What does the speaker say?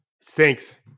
stinks